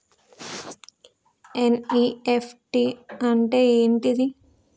NEFT అంటే ఏంటిది?